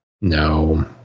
no